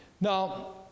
now